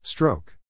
Stroke